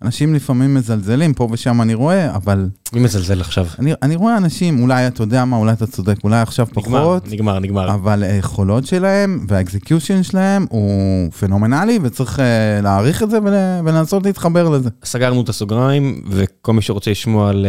ואנשים לפעמים מזלזלים פה ושם אני רואה אבל. מי מזלזל עכשיו? אני רואה אנשים, אולי אתה יודע מה? אולי אתה צודק אולי עכשיו פחות. נגמר, נגמר. אבל יכולות שלהם והאקסקיושן שלהם הוא פנומנלי וצריך להעריך את זה ולנסות להתחבר לזה. סגרנו את הסוגריים וכל מי שרוצה לשמוע על...